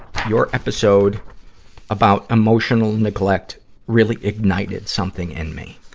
your episode about emotional neglect really ignited something in me.